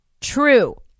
true